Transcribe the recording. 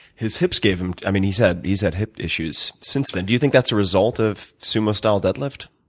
his hips gave him i mean, he's had he's had hip issues since then. do you think that's a result of sumo style deadlift?